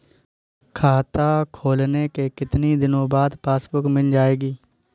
खाता खोलने के कितनी दिनो बाद पासबुक मिल जाएगी?